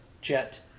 jet